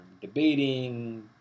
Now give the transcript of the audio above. debating